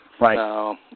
Right